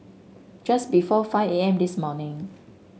just before five A M this morning